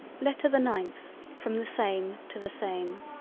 letter the ninth from the same to the same